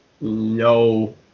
no